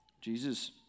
Jesus